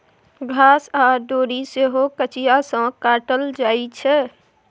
घास आ डोरी सेहो कचिया सँ काटल जाइ छै